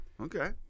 Okay